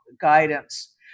guidance